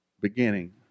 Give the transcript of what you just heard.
beginning